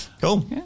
Cool